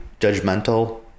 judgmental